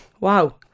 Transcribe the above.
Wow